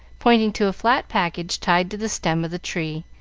pointing to a flat package tied to the stem of the tree,